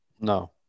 No